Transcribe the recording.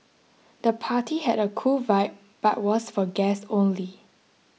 the party had a cool vibe but was for guests only